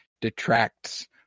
detracts